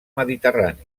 mediterrani